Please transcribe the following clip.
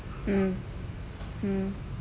mm mm